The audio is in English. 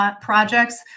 projects